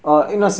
oh